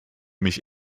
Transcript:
mich